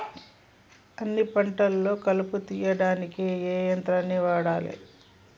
అన్ని పంటలలో కలుపు తీయనీకి ఏ యంత్రాన్ని వాడాలే?